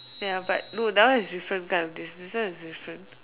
ya but no that one is different kind of this this one is different